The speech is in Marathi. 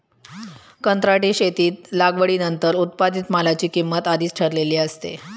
कंत्राटी शेतीत लागवडीनंतर उत्पादित मालाची किंमत आधीच ठरलेली असते